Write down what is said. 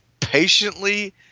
patiently